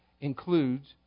includes